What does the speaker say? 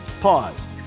Pause